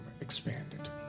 expanded